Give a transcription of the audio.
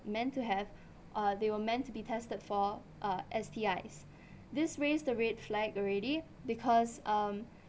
meant to have uh they were meant to be tested for uh S_T_Is this raised the red flag already because um